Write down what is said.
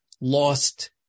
lost